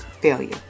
failure